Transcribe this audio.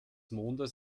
mondes